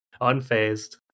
unfazed